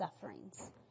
sufferings